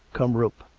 come rope!